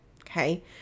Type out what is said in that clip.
okay